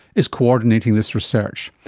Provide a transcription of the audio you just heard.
is coordinating this research.